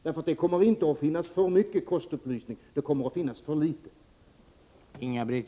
Det kommer inte att finnas för mycket kostupplysning. Det kommer att finnas för litet.